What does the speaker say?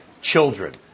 children